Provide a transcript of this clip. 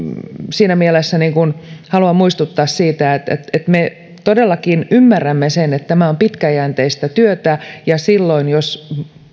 siinä mielessä haluan muistuttaa siitä että me todellakin ymmärrämme sen että tämä on pitkäjänteistä työtä ja silloin jos